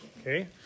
Okay